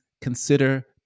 consider